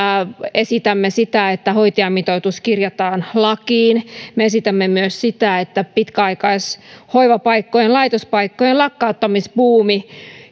esitämme sitä että hoitajamitoitus kirjataan lakiin me odotamme myös sitä että pitkäaikaishoivapaikkojen laitospaikkojen lakkauttamisbuumi